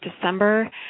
December